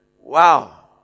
Wow